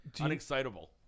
unexcitable